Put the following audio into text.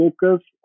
focus